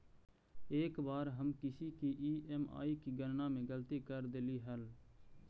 एक बार हम किसी की ई.एम.आई की गणना में गलती कर देली हल